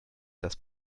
das